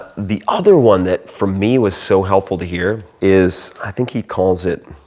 the other one that, for me, was so helpful to hear is i think he calls it,